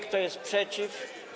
Kto jest przeciw?